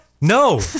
No